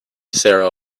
sarah